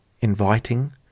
inviting